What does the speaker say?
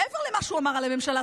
מעבר למה שהוא אמר על הממשלה,